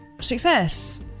success